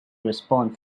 respond